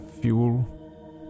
fuel